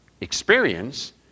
experience